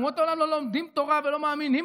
אומות העולם לא לומדים תורה ולא מאמינים